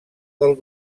del